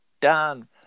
done